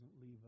leave